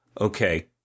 Okay